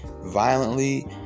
violently